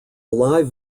live